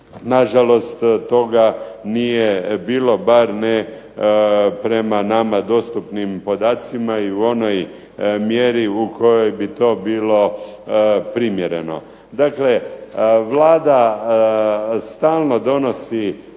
na žalost toga nije bilo, bar ne prema nama dostupnim podacima i u onoj mjeri u kojoj bi to bilo primjereno. Dakle Vlada stalno donosi